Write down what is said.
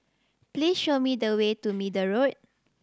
please show me the way to Middle Road